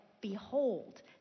Behold